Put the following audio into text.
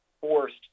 forced